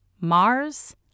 Mars